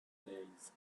days